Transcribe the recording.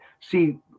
See